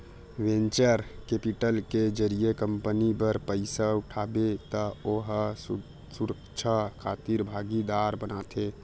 venture capital के जरिए company बर पइसा उठाबे त ओ ह सुरक्छा खातिर भागीदार बनथे